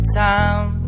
time